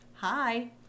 Hi